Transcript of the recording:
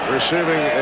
receiving